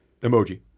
emoji